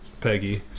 Peggy